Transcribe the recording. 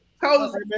cozy